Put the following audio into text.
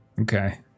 Okay